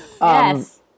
Yes